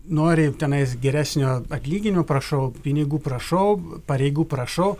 nori tenais geresnio atlyginimo prašau pinigų prašau pareigų prašau